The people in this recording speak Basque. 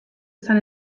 esan